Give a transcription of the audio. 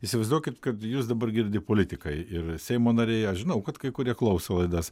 įsivaizduokit kad jus dabar girdi politikai ir seimo nariai aš žinau kad kai kurie klauso laidas